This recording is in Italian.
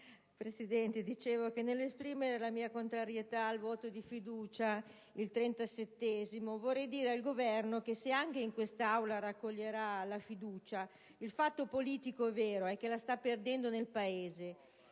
Presidente, nell'esprimere la mia contrarietà al voto di fiducia, il trentasettesimo, vorrei dire al Governo che se anche in quest'Aula raccoglierà la fiducia, il fatto politico vero è che la sta perdendo nel Paese.